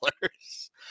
dollars